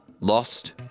lost